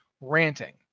ranting